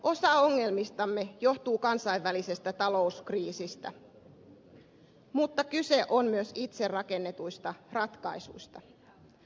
osa ongelmistamme johtuu kansainvälisestä talouskriisistä mutta kyse on myös itse rakennetuista ratkaisuista